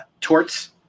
Torts